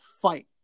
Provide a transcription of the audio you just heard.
fight